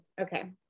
Okay